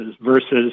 versus